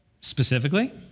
specifically